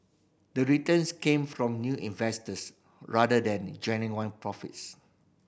the returns came from new investors rather than genuine profits